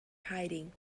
hiding